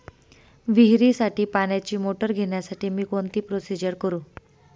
विहिरीसाठी पाण्याची मोटर घेण्यासाठी मी कोणती प्रोसिजर करु?